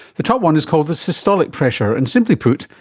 the top one is called the systolic pressure and, simply put,